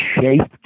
shaped